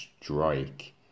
strike